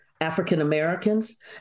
African-Americans